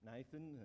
Nathan